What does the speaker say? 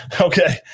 Okay